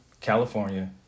California